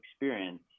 experience